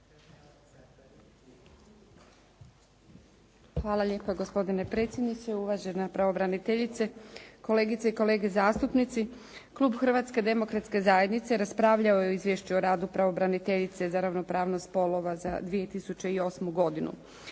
Hvala lijepa gospodine predsjedniče, uvažena pravobraniteljice, kolegice i kolege zastupnici. Klub Hrvatske demokratske zajednice raspravljao je o Izvješću o radu pravobraniteljice za ravnopravnost spolova za 2008. godinu.